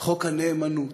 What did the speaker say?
חוק הנאמנות,